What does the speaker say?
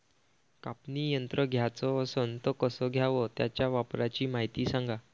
कापनी यंत्र घ्याचं असन त कस घ्याव? त्याच्या वापराची मायती सांगा